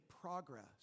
progress